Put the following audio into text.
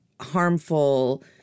harmful